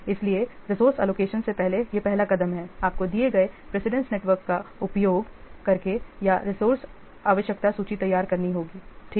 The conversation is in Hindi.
इसलिए रिसोर्स एलोकेशन से पहले यह पहला कदम है आपको दिए गए प्रेसिडेंस नेटवर्क का उपयोग करके या संसाधन आवश्यकता सूची तैयार करनी होगीठीक है